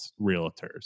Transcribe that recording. realtors